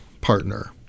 partner